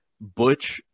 butch